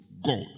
God